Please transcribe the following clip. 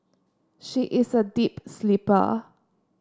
she is a deep sleeper